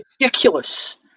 ridiculous